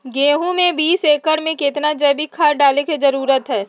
गेंहू में बीस एकर में कितना जैविक खाद डाले के जरूरत है?